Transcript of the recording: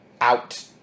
out